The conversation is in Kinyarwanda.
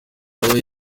nawe